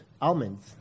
almonds